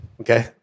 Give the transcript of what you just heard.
okay